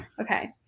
Okay